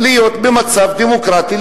מבקשים להיות במצב דמוקרטי,